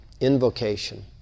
invocation